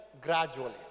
gradually